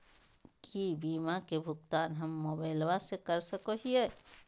की बीमा के भुगतान हम मोबाइल से कर सको हियै?